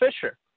fisher